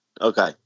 Okay